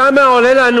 כמה עולה לנו,